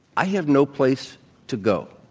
i have no place to go.